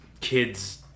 kids